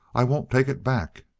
i won't take it back.